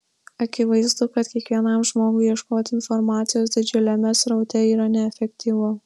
akivaizdu kad kiekvienam žmogui ieškoti informacijos didžiuliame sraute yra neefektyvu